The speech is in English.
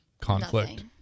conflict